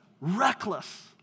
reckless